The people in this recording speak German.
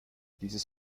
dieses